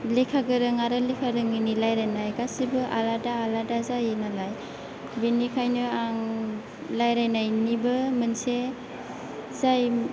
लेखा गोरों आरो लेखा रोङैनि रायलायनाय गासिबो आलादा आलादा जायो नालाय बेनिखायनो आं रायलायनायनिबो मोनसे जाय